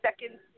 seconds